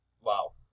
Wow